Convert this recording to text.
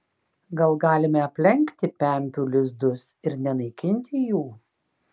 gal galime aplenkti pempių lizdus ir nenaikinti jų